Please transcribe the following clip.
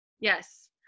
Yes